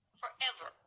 forever